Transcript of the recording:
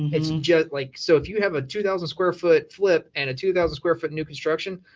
it's and just like, so if you have a two thousand square foot flip and a two thousand square foot new construction,